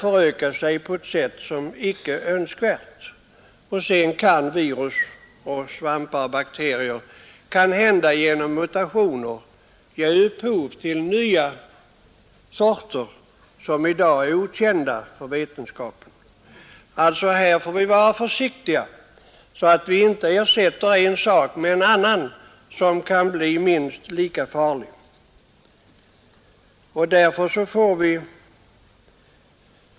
föröka sig på ett sätt som icke är önskvärt, dels kanske de genom mutationer kan ge upphov till nya sorter, som i dag är okända för vetenskapen. Här får vi alltså vara försiktiga så att vi inte ersätter en sak med en annan, som kan bli minst lika farlig.